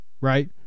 right